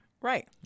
Right